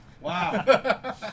Wow